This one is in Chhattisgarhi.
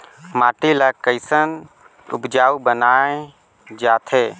माटी ला कैसन उपजाऊ बनाय जाथे?